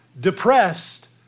depressed